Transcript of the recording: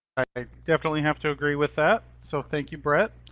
ah definitely have to agree with that, so thank you, brett.